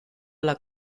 alla